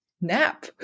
nap